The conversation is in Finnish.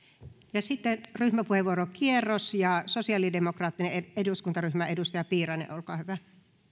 ja sitten ryhmäpuheenvuorokierros sosiaalidemokraattinen eduskuntaryhmä edustaja piirainen olkaa hyvä